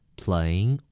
playing